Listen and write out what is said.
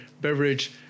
beverage